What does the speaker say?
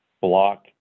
block